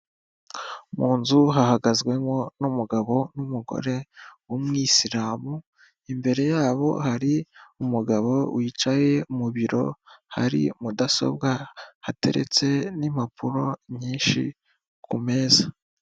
Mu nzu hahagazwemo n'umugabo n'umugore w'mwisiramu imbere yabo hari umugabo wicaye mu biro, hari mudasobwa, hateretse n'impapuro nyinshi ku meza.